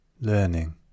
learning